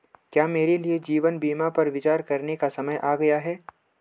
क्या मेरे लिए जीवन बीमा पर विचार करने का समय आ गया है?